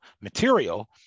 material